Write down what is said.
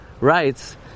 writes